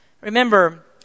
Remember